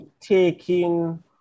taking –